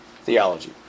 theology